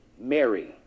Mary